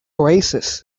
oasis